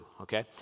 okay